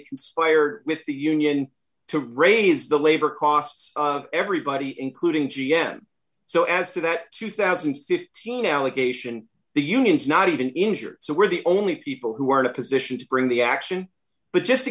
conspired with the union to raise the labor costs everybody including g m so as to that two thousand and fifteen allegation the unions not even injured so we're the only people who are in a position to bring the action but just to